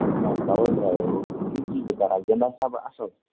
اچھا car drive کیُتھ چھُس بہٕ کَران گِندان چھُسا بہٕ اَصٕل